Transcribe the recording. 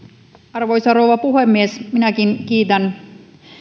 arvoisa rouva puhemies minäkin kiitän